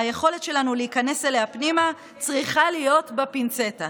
והיכולת שלנו להיכנס אליה פנימה צריכה להיות בפינצטה.